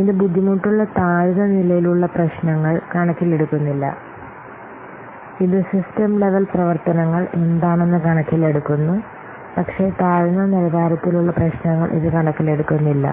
ഇത് ബുദ്ധിമുട്ടുള്ള താഴ്ന്ന നിലയിലുള്ള പ്രശ്നങ്ങൾ കണക്കിലെടുക്കുന്നില്ല ഇത് സിസ്റ്റം ലെവൽ പ്രവർത്തനങ്ങൾ എന്താണെന്ന് കണക്കിലെടുക്കുന്നു പക്ഷേ താഴ്ന്ന നിലവാരത്തിലുള്ള പ്രശ്നങ്ങൾ ഇത് കണക്കിലെടുക്കുന്നില്ല